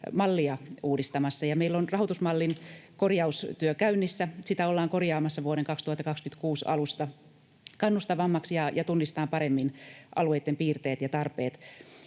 mallia uudistamassa, ja meillä on rahoitusmallin korjaustyö käynnissä. Sitä ollaan korjaamassa vuoden 2026 alusta kannustavammaksi ja tunnistamaan paremmin alueitten piirteet ja tarpeet.